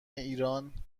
ایران